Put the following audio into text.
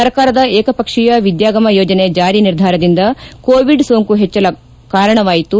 ಸರ್ಕಾರದ ಏಕಪಕ್ಷೀಯ ವಿದ್ಯಾಗಮ ಯೋಜನೆ ಜಾರಿ ನಿರ್ಧಾರದಿಂದ ಕೋವಿಡ್ ಸೋಂಕು ಹೆಚ್ಚಲು ಕಾರಣವಾಯಿತು